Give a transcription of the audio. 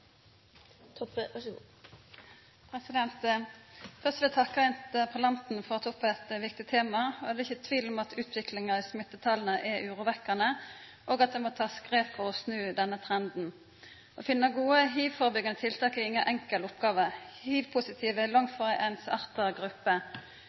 Først vil eg takka interpellanten for å ha teke opp eit viktig tema. Det er ikkje tvil om at utviklinga av smittetala er urovekkjande, og at ein må ta grep for å snu denne trenden. Å finna gode hivførebyggjande tiltak er inga enkel oppgåve. Hivpositive er langt